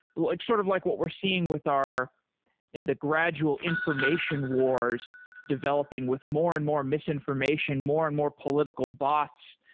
like sort of like what we're seeing with you know the gradual information wars developing with more and more misinformation, more and more political bots.